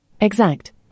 Exact